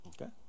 okay